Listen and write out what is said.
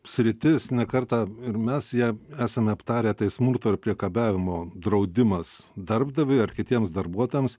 sritis ne kartą ir mes ją esame aptarę tai smurto ir priekabiavimo draudimas darbdaviui ar kitiems darbuotojams